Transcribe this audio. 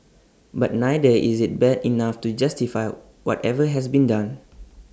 but neither is IT bad enough to justify whatever has been done